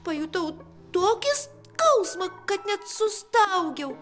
pajutau tokį skausmą kad net sustaugiau